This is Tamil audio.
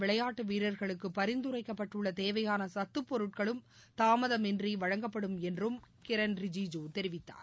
விளையாட்டு வீரர்களுக்கு பரிந்துரைக்கப்பட்டுள்ள தேவையான சத்துப்பொருட்களும் தாமதமின்றி வழங்கப்படும் என்று அமைச்சர் தெரிவித்தார்